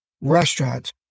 restaurants